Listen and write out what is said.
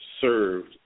served